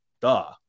duh